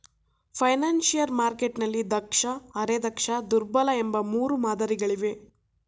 financial ಮಾರ್ಕೆಟ್ನಲ್ಲಿ ದಕ್ಷ, ಅರೆ ದಕ್ಷ, ದುರ್ಬಲ ಎಂಬ ಮೂರು ಮಾದರಿ ಗಳಿವೆ